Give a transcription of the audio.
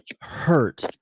hurt